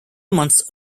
months